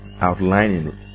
outlining